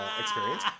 experience